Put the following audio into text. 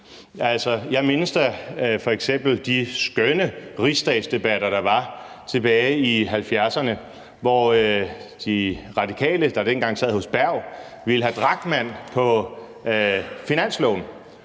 jeg mindes da f.eks. de skønne rigsdagsdebatter, der var tilbage i 1870'erne, hvor De Radikale, der dengang sad hos Berg, ville have Drachmann på finansloven,